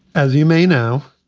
as you may know,